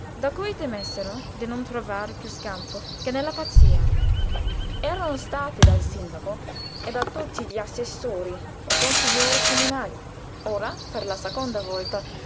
da cui temessero di non trovar piú scampo che nella pazzia erano stati dal sindaco e da tutti gli assessori e consiglieri comunali ora per la seconda volta